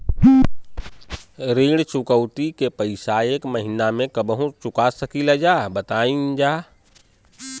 ऋण चुकौती के पैसा एक महिना मे कबहू चुका सकीला जा बताईन जा?